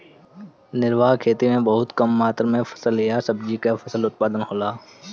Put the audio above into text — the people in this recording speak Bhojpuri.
निर्वाह खेती में बहुत कम मात्र में फसल या सब्जी कअ उत्पादन होला